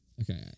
Okay